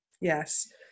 Yes